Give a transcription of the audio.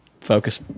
Focus